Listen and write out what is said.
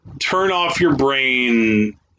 turn-off-your-brain